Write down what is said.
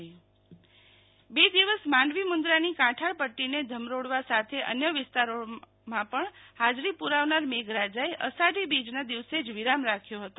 શિતલ વૈશ્નવ હવામાન બે દિવસ માંડવી મુંદરાની કાંઠાળપટ્ટીને ઘમરોળવા સાથે અન્ય વિસ્તારોમાં પણ હાજરી પુરાવનાર મેઘરાજાએ આષાઢી બીજના દિવસે જ વિરામ રાખ્યો હતો